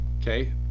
Okay